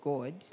God